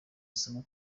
isomo